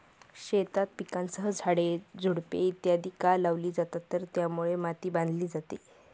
शेतात पिकांसह झाडे, झुडपे इत्यादि का लावली जातात तर त्यामुळे माती बांधली जाते